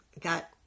got